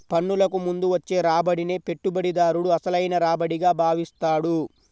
పన్నులకు ముందు వచ్చే రాబడినే పెట్టుబడిదారుడు అసలైన రాబడిగా భావిస్తాడు